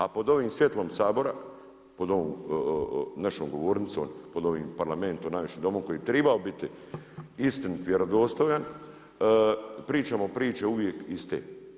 A pod ovim svjetlom Sabora, pod ovom našom govornicom, pod ovim Parlamentom, najvišim domom koji bi trebao biti istinit, vjerodostojan, pričamo priče uvijek iste.